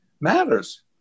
matters